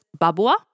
Babua